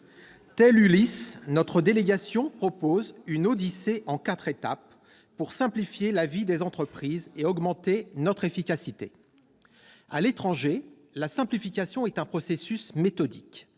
Tel Ulysse, notre délégation propose une odyssée en quatre étapes pour simplifier la vie des entreprises et augmenter notre efficacité. À l'étranger, la simplification est un processus méthodique.